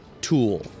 tool